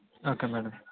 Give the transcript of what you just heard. okay madam